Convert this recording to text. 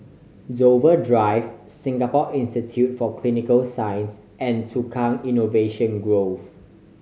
Dover Drive Singapore Institute for Clinical Sciences and Tukang Innovation Grove